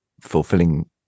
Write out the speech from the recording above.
fulfilling